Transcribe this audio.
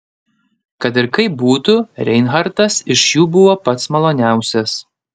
kad ir kaip būtų reinhartas iš jų buvo pats maloniausias